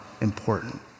important